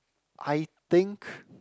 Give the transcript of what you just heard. I think